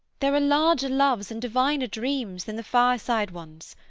there are larger loves and diviner dreams than the fireside ones.